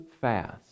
fast